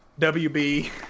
wb